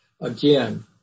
Again